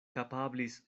kapablis